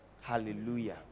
Hallelujah